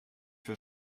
für